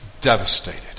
devastated